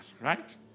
right